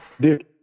dude